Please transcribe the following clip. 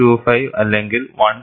025 അല്ലെങ്കിൽ 1